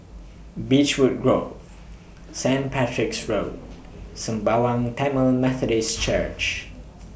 Beechwood Grove Saint Patrick's Road Sembawang Tamil Methodist Church